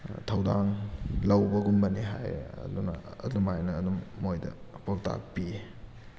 ꯊꯧꯗꯥꯡ ꯂꯧꯕꯒꯨꯝꯕꯅꯦ ꯍꯥꯏꯌꯦ ꯑꯗꯨꯅ ꯑꯗꯨꯃꯥꯏꯅ ꯑꯗꯨꯝ ꯃꯣꯏꯗ ꯄꯧꯇꯥꯛ ꯄꯤꯌꯦ